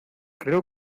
creo